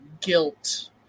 guilt